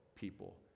people